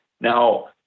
now